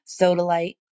sodalite